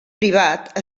privat